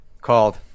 Called